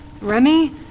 Remy